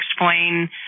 explain